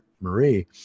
Marie